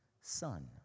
Son